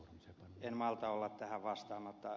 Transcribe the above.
en malta olla tähän vastaamatta